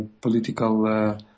political